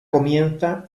comienza